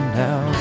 now